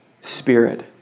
Spirit